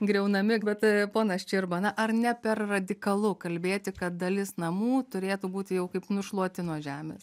griaunami bet ponas čirba na ar ne per radikalu kalbėti kad dalis namų turėtų būti jau kaip nušluoti nuo žemės